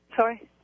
Sorry